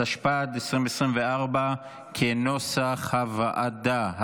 התשפ"ד 2024, כנוסח הוועדה.